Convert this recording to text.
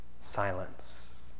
silence